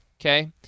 okay